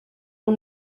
ond